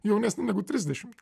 jaunesni negu trisdešimt